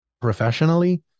Professionally